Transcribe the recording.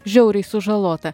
žiauriai sužalota